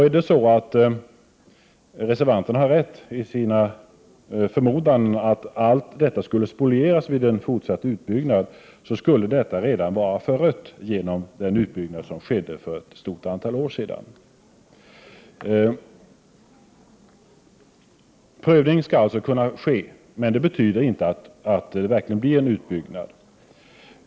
Är det så att reservanterna har rätt i sin förmodan att dessa värden skulle spolieras genom en fortsatt utbyggnad, skulle dessa redan vara förödda genom den utbyggnad som skedde för ett stort antal år sedan. "Prövning skall således kunna ske, men det betyder inte att en utbyggnad verkligen kommer till stånd.